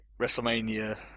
WrestleMania